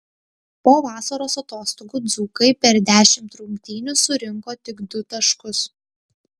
po vasaros atostogų dzūkai per dešimt rungtynių surinko tik du taškus